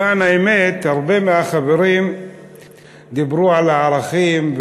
למען האמת, הרבה מהחברים דיברו על ערכים,